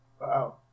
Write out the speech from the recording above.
Wow